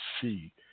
See